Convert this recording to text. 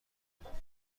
میکنیم